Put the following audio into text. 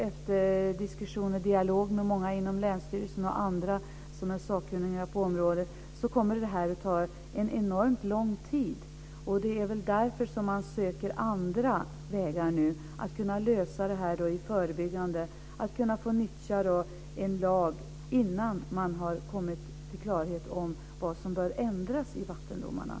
Efter diskussion och dialog med många inom länsstyrelsen och med andra som är sakkunniga på området har jag förstått att det kommer att ta enormt lång tid. Det är väl därför man söker andra vägar för att kunna lösa detta och arbeta förebyggande. Man vill kunna nyttja lagen innan vi har kommit till klarhet om vad som bör ändras i vattendomarna.